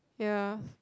ya